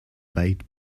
bait